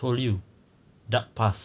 told you dark past